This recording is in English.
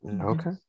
Okay